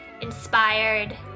inspired